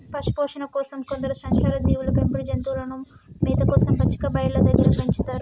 పశుపోషణ కోసం కొందరు సంచార జీవులు పెంపుడు జంతువులను మేత కోసం పచ్చిక బయళ్ళు దగ్గర పెంచుతారు